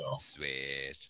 Sweet